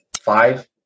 five